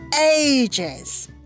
ages